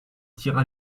tira